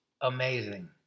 amazing